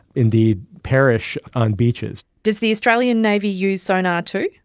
indeed perish on beaches. does the australian navy use sonar too?